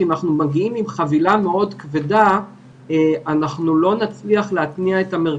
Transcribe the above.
ואנחנו חייבים להתחיל לפעול ולייצר חוסן לבני הנוער